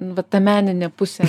nu vat ta meninė pusė